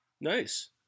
Nice